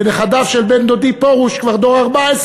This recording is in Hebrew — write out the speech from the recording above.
ונכדיו של בן-דודי פרוש כבר דור 14,